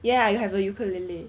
ya I have a ukulele